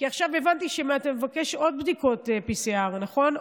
כי עכשיו הבנתי שאתה מבקש עוד בדיקות PCR, נכון?